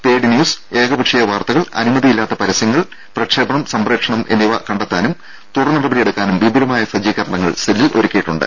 paid news ഏകപക്ഷീയ വാർത്തകൾ അനുമതിയില്ലാത്ത പരസ്യങ്ങൾ പ്രക്ഷേപണം സംപ്രേഷണം എന്നിവ കണ്ടെത്താനും തുടർ നടപടി എടുക്കാനും വിപുലമായ സജ്ജീകരണങ്ങൾ സെല്ലിൽ ഒരുക്കിയിട്ടുണ്ട്